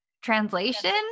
translation